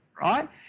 right